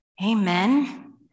Amen